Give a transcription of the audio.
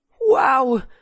Wow